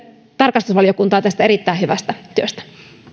tarkastusvaliokuntaa tästä erittäin hyvästä työstä